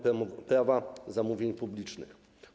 Prawa zamówień publicznych.